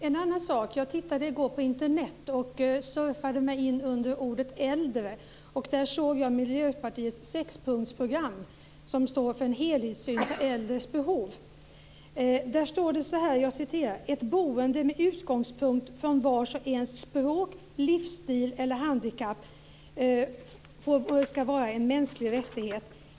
Fru talman! Jag tittade i går på Internet. Jag surfade mig in under ordet äldre. Där såg jag Miljöpartiets sexpunktsprogram, som står för en helhetssyn på äldres behov. Där framgår följande. Ett boende med utgångspunkt från vars och ens språk, livsstil eller handikapp ska vara en mänsklig rättighet.